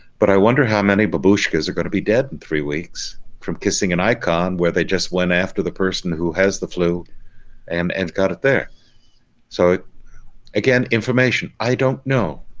but i wonder how many babushkas are going to be dead in three weeks from kissing an icon where they just went after the person who has the flu and and got it there so again information. i don't know.